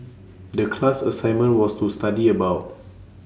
The class assignment was to study about